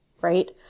right